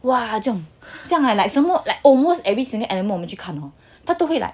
!wah! 这样这样 eh like 什么 almost every single animal 我们去看她都会 like !wah! !wah!